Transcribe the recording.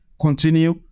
continue